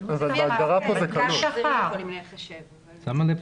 הערה